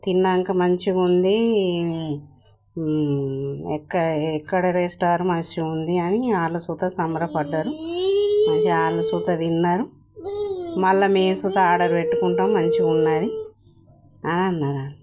తిన్నాక మంచిగా ఉంది ఎక్క ఎక్కడ రెస్టారెంట్ మంచిగా ఉంది అని వాళ్ళు కూడా సంబరపడ్డారు మంచిగా వాళ్ళు కూడా తిన్నారు మళ్ళీ మేము కూడా ఆర్డర్ పెట్టుకుంటాము మంచిగా ఉంది అని అన్నారు